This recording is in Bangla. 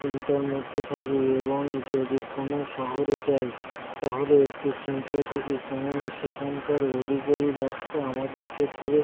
চিন্তার মধ্যে থাকি এবং যদি কোনও শহরে যাই তাহলে একটু চিন্তায় থাকি কেননা সেখানকার অলিগলি রাস্তা আমাদের ক্ষেত্রে